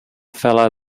fellow